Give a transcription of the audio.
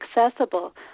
accessible